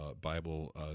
Bible